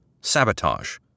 sabotage